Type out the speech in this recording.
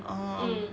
orh